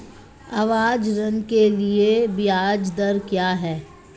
आवास ऋण के लिए ब्याज दर क्या हैं?